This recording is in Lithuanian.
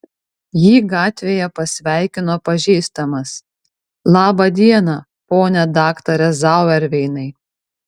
jį gatvėje pasveikino pažįstamas labą dieną pone daktare zauerveinai